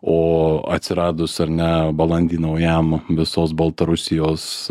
o atsiradus ar ne balandį naujam visos baltarusijos